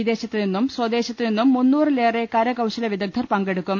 വിദേശത്ത് നിന്നും സ്വദേശത്ത് നിന്നും മുന്നൂറിലേറെ കരകൌശല വിദ്ഗധർ പങ്കെടുക്കും